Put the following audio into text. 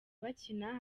bakina